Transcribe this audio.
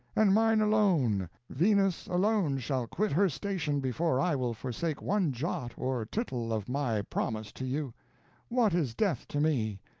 and mine alone venus alone shall quit her station before i will forsake one jot or tittle of my promise to you what is death to me?